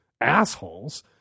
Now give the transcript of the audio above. assholes